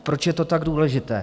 Proč je to tak důležité?